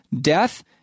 Death